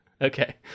Okay